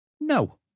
no